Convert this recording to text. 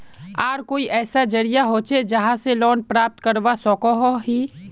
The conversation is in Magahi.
आर कोई ऐसा जरिया होचे जहा से लोन प्राप्त करवा सकोहो ही?